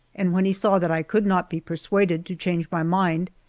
and when he saw that i could not be persuaded to change my mind,